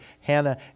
Hannah